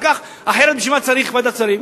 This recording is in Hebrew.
אחרת בשביל מה צריך ועדת שרים?